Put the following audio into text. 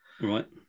Right